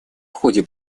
ходе